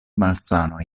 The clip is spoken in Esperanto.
malsanoj